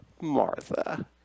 Martha